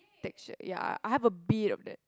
texture ya I have a bit of that